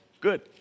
good